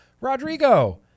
Rodrigo